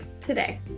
today